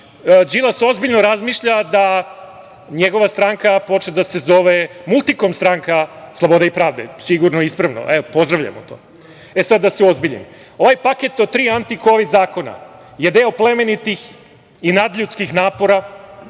Đilas ozbiljno razmišlja da njegova stranke počne da se zove multikom stranka slobode i pravde. Sigurno je ispravno. Pozdravljamo to. Sada da se uozbiljim. Ovaj paket od tri antikovid zakona je deo plemenitih i nadljuskih napora